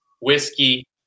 whiskey